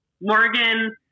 Morgan